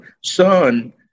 son